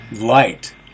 light